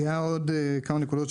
רציתי לדבר על עוד כמה נקודות,